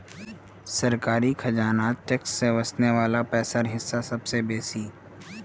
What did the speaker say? सरकारी खजानात टैक्स से वस्ने वला पैसार हिस्सा सबसे बेसि